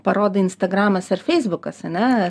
parodai instagramas ar feisbukas ane